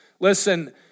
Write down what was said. Listen